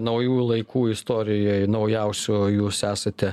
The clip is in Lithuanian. naujųjų laikų istorijoj naujausių jūs esate